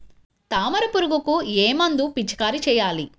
తామర పురుగుకు ఏ మందు పిచికారీ చేయాలి?